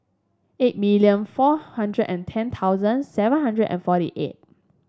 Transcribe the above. eight million four hundred and ten thousand seven hundred and forty eight